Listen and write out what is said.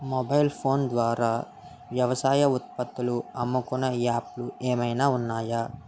Mobile phone ద్వారా వ్యవసాయ ఉత్పత్తులు అమ్ముకునే యాప్ లు ఏమైనా ఉన్నాయా?